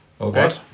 Okay